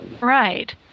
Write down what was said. Right